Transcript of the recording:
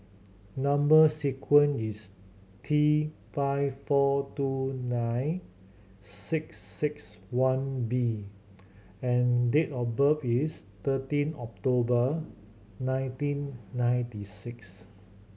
number sequence is T five four two nine six six one B and date of birth is thirteen October nineteen ninety six